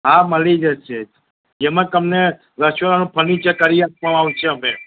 હા મલી જશે જેમાં તમને રસોડાનું ફર્નિચર કરી આપવામાં આવશે અમે